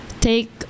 Take